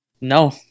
No